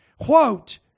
quote